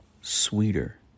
sweeter